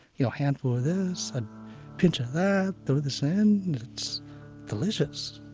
you know handful of this, a pinch of that, throw this in. it's delicious.